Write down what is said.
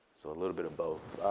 so a little bit of both.